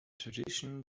tradition